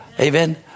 Amen